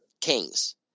Kings